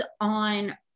on